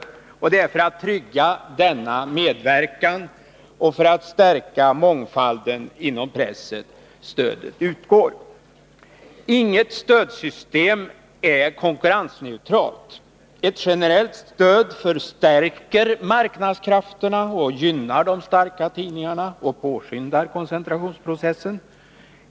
Det är för att trygga denna medverkan och för att stärka mångfalden inom pressen som stödet utgår. Inget stödsystem är konkurrensneutralt. Ett generellt stöd förstärker marknadskrafterna, gynnar de starka tidningarna och påskyndar koncentrationsprocessen.